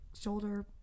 shoulder